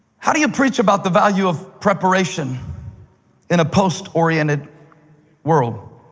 how do you preach about the value of preparation in a post-oriented world?